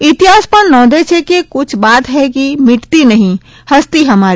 ઇતિહાસ પણ નોંધે છે કે કુછ બાત હૈ કી મીટતી નહિં ફસ્તી હમારી